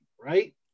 right